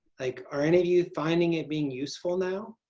like are any of you finding it being useful now?